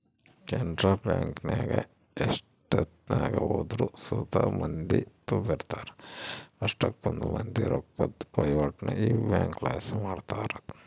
ಕೆನರಾ ಬ್ಯಾಂಕಿಗೆ ಎಷ್ಟೆತ್ನಾಗ ಹೋದ್ರು ಸುತ ಮಂದಿ ತುಂಬಿರ್ತಾರ, ಅಷ್ಟಕೊಂದ್ ಮಂದಿ ರೊಕ್ಕುದ್ ವಹಿವಾಟನ್ನ ಈ ಬ್ಯಂಕ್ಲಾಸಿ ಮಾಡ್ತಾರ